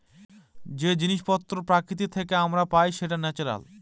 যে জিনিস পত্র প্রকৃতি থেকে আমরা পাই সেটা ন্যাচারাল